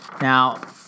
Now